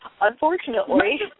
Unfortunately